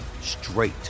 straight